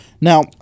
Now